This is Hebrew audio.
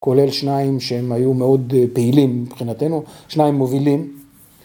‫כולל שניים שהם היו מאוד פעילים ‫מבחינתנו, שניים מובילים.